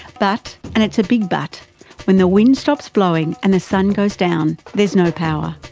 but and it's a big but when the wind stops blowing and the sun goes down, there's no power.